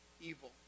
evil